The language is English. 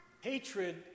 Hatred